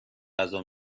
غذا